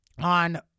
on